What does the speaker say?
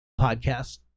podcast